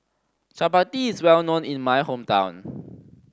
chapati is well known in my hometown